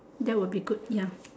that would be good ya